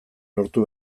lortu